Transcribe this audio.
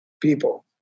people